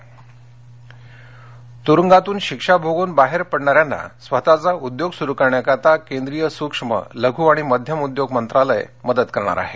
उद्योग कैदी तुरुंगातूनशिक्षाभोगून बाहेर पडणाऱ्यांना स्वतःचाउद्योग सुरू करण्याकरता केंद्रीय सूक्ष्म लघू आणि मध्यम उद्योग मंत्रालय मदतकरणार आहे